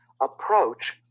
approach